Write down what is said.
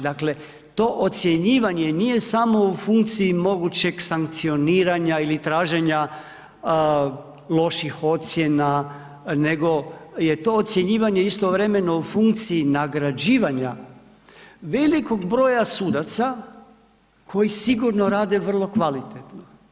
Dakle, to ocjenjivanje nije samo u funkciji mogućeg sankcioniranja ili traženja loših ocjena nego je to ocjenjivanje istovremeno u funkciji nagrađivanja velikog broja sudaca koji sigurno rade vrlo kvalitetno.